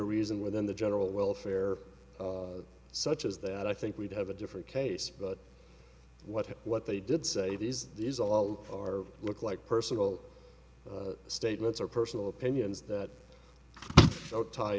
reason within the general welfare such as that i think we'd have a different case but what what they did say these these all are look like personal statements or personal opinions that don't tie